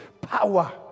power